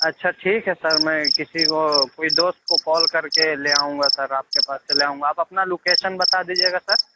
اچھا ٹھیک ہے سر میں کسی کو کوئی دوست کو کال کر کے لے آؤں گا سر آپ کے پاس چلے آؤں گا آپ اپنا لوکیشن بتا دیجیے گا سر